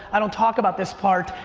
i don't talk about this part,